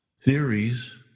theories